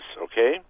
okay